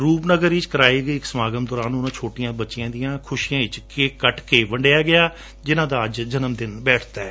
ਰੂਪ ਨਗਰ ਵਿਚ ਕਰਵਾਏ ਗਏ ਇਕ ਸਮਾਗਮ ਦੌਰਾਨ ਉਨ੍ਹਾਂ ਛੋਟੀਆਂ ਬੱਚੀਆਂ ਦੀਆਂ ਖੁਸ਼ੀਆਂ ਵਿਚ ਕੇਕ ਕੱਟ ਕੇ ਵੰਡਿਆ ਗਿਆ ਜਿਨਾਂ ਦਾ ਅੱਜ ਜਨਮ ਦਿਨ ਸੀ